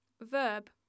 Verb